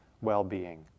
well-being